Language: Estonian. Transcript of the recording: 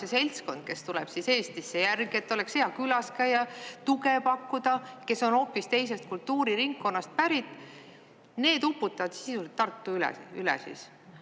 see seltskond, kes tuleb Eestisse järgi, et oleks hea külas käia, tuge pakkuda, kes on hoopis teisest kultuuriringkonnast pärit – need uputavad sisuliselt Tartu üle.